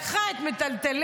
לקחה את מיטלטליה,